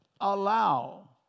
allow